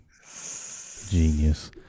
Genius